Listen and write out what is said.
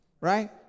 Right